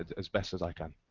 as as best as i can.